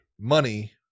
money